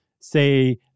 say